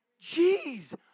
Jeez